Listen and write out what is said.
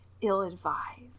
ill-advised